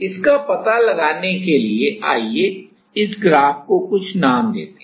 इसका पता लगाने के लिए आइए इस ग्राफ को कुछ नाम देते हैं